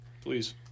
Please